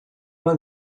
uma